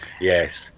Yes